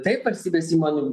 taip valstybės įmonių